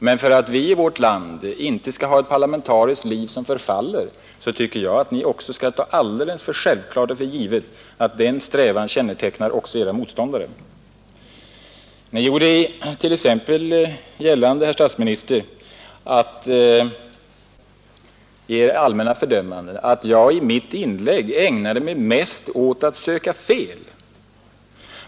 Men för att vi i vårt land inte skall ha ett parlamentariskt liv som förfaller tycker jag att också Ni skall ta som självklart och givet att patriotism kännetecknar också Era motståndare. I Era allmänna fördömanden gjorde Ni gällande, herr statsminister, att jag i mitt inlägg mest ägnade mig åt att finna fel.